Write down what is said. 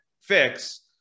fix